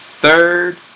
third